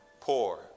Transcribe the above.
poor